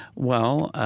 well,